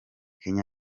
kenya